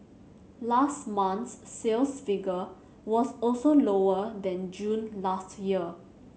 last month's sales figure was also lower than June last year